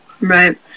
Right